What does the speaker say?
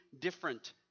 different